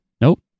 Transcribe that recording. Nope